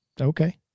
okay